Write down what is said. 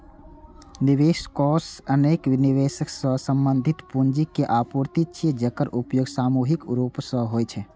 निवेश कोष अनेक निवेशक सं संबंधित पूंजीक आपूर्ति छियै, जेकर उपयोग सामूहिक रूप सं होइ छै